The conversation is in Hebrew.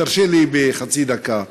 תרשה לי בחצי דקה,